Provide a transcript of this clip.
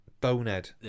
Bonehead